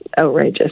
outrageous